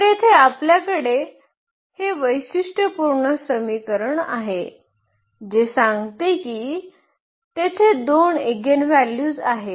तर येथे आपल्याकडे हे वैशिष्ट्यपूर्ण समीकरण आहे जे सांगते की तेथे दोन इगेनव्हॅल्यूज आहेत